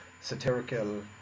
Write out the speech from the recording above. satirical